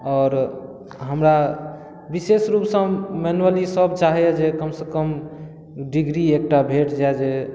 आओर हमरा बिशेष रूपसँ मेनुअली सभ चाहैया जे कमसँ कम डिग्री एकटा भेट जाय जे